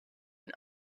and